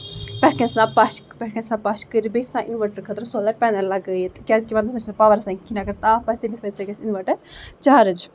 پٮ۪ٹھ کَنۍ چھُ آسان پَش پٮ۪ٹھ کنۍ چھُ آسان پَش کٔرِتھ بیٚیہِ چھُ آسان اِنوٲٹر خٲطرٕ سولر پینَل لگٲوِتھ کیازِ کہِ وَندَس منٛزچھُنہٕ آسان پاور کِہینۍ اَگر تاپھ آسہِ تَمہِ وجہہ سۭتۍ گژھِ اِنوٲٹر چارٕج